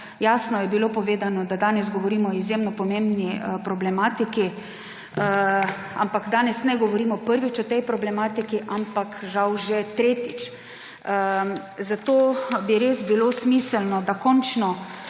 Jasno je bilo povedano, da danes govorimo o izjemno pomembni problematiki. Ampak danes ne govorimo prvič o tej problematiki, ampak žal že tretjič. Zato bi res bilo smiselno, da končno